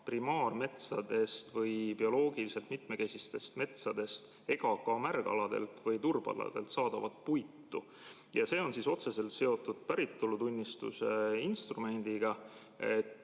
primaarmetsadest või bioloogiliselt mitmekesistest metsadest ega ka märgaladelt või turbaaladelt saadavat puitu. See on otseselt seotud päritolutunnistuse instrumendiga, et